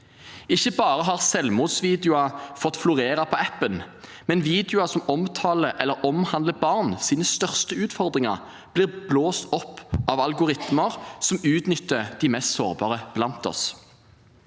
Ikke bare har selvmordsvideoer fått florere på appen, men videoer som omtaler eller omhandler barns største utfordringer, blir blåst opp av algoritmer som utnytter de mest sårbare blant oss.